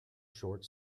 short